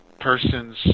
person's